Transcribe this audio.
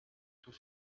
tout